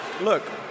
look